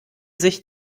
sich